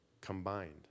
combined